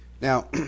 Now